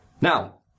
Now